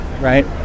right